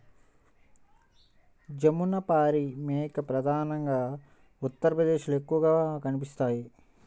జమునపారి మేక ప్రధానంగా ఉత్తరప్రదేశ్లో ఎక్కువగా కనిపిస్తుంది